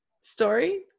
story